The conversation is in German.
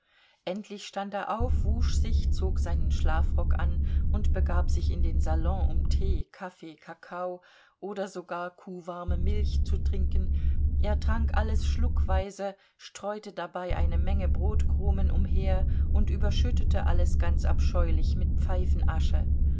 endlich stand er auf wusch sich zog seinen schlafrock an und begab sich in den salon um tee kaffee kakao oder sogar kuhwarme milch zu trinken er trank alles schluckweise streute dabei eine menge brotkrumen umher und überschüttete alles ganz abscheulich mit